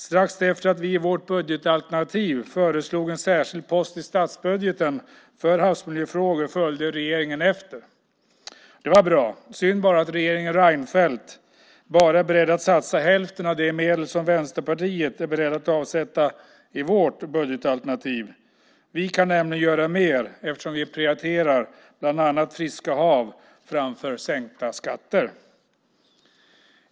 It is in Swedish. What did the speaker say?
Strax efter att vi i vårt budgetalternativ föreslog en särskild post i statsbudgeten för havsmiljöfrågor följde regeringen efter. Det var bra. Synd bara att regeringen Reinfeldt bara är beredd att satsa hälften av de medel som vi i Vänsterpartiet är beredda att avsätta i vårt budgetalternativ. Vi kan nämligen göra mer eftersom vi prioriterar bland annat friska hav framför sänkta skatter.